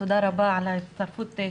תודה רבה על הצטרפותך,